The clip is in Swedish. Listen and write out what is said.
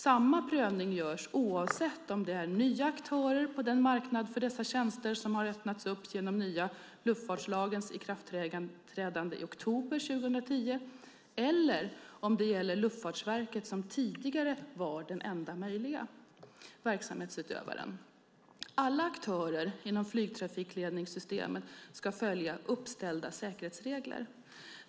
Samma prövning görs oavsett om det är nya aktörer på den marknad för dessa tjänster som har öppnats genom nya luftfartslagens ikraftträdande i oktober 2010 eller om det gäller Luftfartsverket, som tidigare var den enda möjliga verksamhetsutövaren. Alla aktörer inom flygtrafikledningssystemet ska följa uppställda säkerhetsregler.